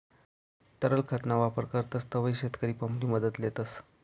तरल खत ना वापर करतस तव्हय शेतकरी पंप नि मदत लेतस